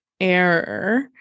error